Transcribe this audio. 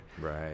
right